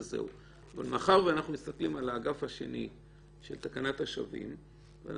אבל מאחר שאנחנו מסתכלים על האגף השני של תקנת השבים אנחנו